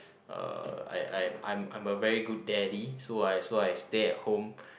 uh I I I'm I'm a very good daddy so I so I stay at home